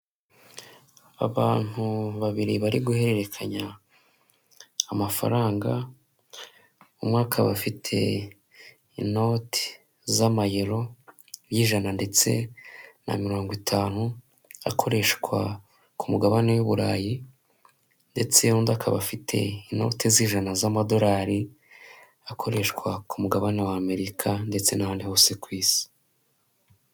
Abantu babiri bari guhererekanya amafaranga, umwe akaba afite inoti z'amayero y'ijana ndetse na mirongo itanu akoreshwa ku mugabane w'i Burayi ndetse undi akaba afite inoti z'ijana z'amadolari akoreshwa ku mugabane wa Amerika ndetse n'ahandi hose ku isi.